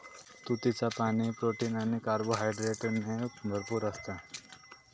तुतीचा पाणी, प्रोटीन आणि कार्बोहायड्रेटने भरपूर असता